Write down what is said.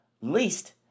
least